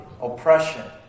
oppression